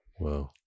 Wow